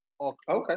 Okay